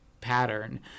pattern